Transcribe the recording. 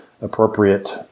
appropriate